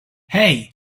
hey